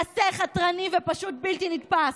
מעשה חתרני ופשוט בלתי נתפס.